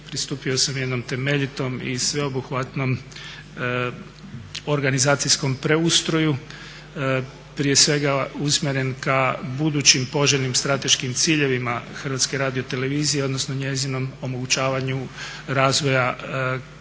Pristupio sam jednom temeljitom i sveobuhvatnom organizacijskom preustroju, prije svega usmjeren ka budućim poželjnim strateškim ciljevima HRT-a odnosno njezinom omogućavanju razvoja kao